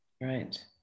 right